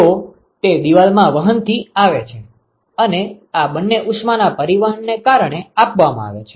તો તે દિવાલમાં વહનથી આવે છે અને આ બંને ઉષ્માના પરિવહનને કારણે આપવામાં આવે છે